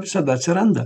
visada atsiranda